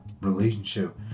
relationship